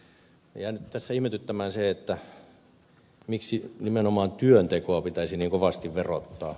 on jäänyt tässä ihmetyttämään se miksi nimenomaan työntekoa pitäisi niin kovasti verottaa